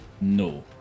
No